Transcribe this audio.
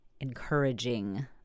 encouraging